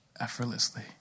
effortlessly